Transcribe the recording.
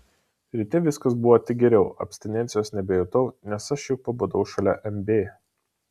ryte viskas buvo tik geriau abstinencijos nebejutau nes aš juk pabudau šalia mb